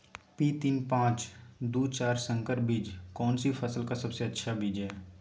P तीन पांच दू चार संकर बीज कौन सी फसल का सबसे अच्छी बीज है?